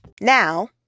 Now